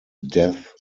death